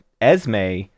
Esme